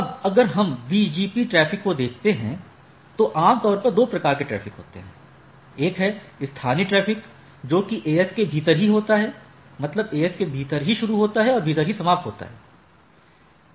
अब अगर हम BGP ट्रैफ़िक को देखते हैं तो आमतौर पर दो प्रकार के ट्रैफ़िक होते हैं एक है स्थानीय ट्रैफ़िक जोकि एक AS के भीतर ही होता है मतलब AS के भीतर ही शुरू होता है और भीतर ही समाप्त होता है